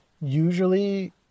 usually